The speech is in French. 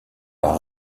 par